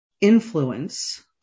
influence